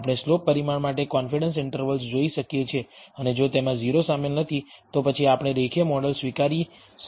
આપણે સ્લોપ પરિમાણ માટે કોન્ફિડન્સ ઈન્ટર્વલ જોઈ શકીએ છીએ અને જો તેમાં 0 શામેલ નથી તો પછી આપણે રેખીય મોડેલ સ્વીકારી શકીએ છીએ